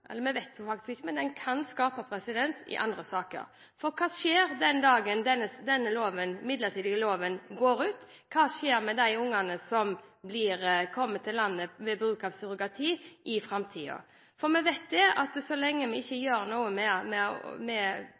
eller det vet vi faktisk ikke, men den kan – skape presedens i andre saker. Hva skjer med de ungene som kommer til landet ved hjelp av surrogati den dagen denne midlertidige loven opphører? Vi vet at så lenge vi ikke gjør noe med